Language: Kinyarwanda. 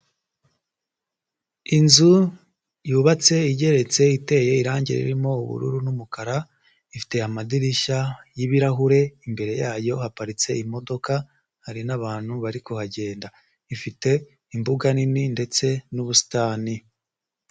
Inzu yubatse igeretse iteye irangi ririmo ubururu n'umukara, ifite amadirishya y'ibirahure, imbere yayo haparitse imodoka hari nabantu bari kuhagenda, ifite imbuga nini ndetse n'ubusitani.